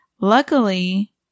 Luckily